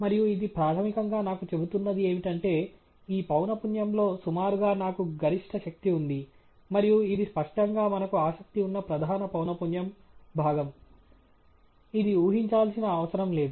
మరియు ఇది ప్రాథమికంగా నాకు చెబుతున్నది ఏమిటంటే ఈ పౌన పున్యంలో సుమారుగా నాకు గరిష్ట శక్తి ఉంది మరియు ఇది స్పష్టంగా మనకు ఆసక్తి ఉన్న ప్రధాన పౌన పున్య భాగం ఇది ఊహించాల్సిన అవసరం లేదు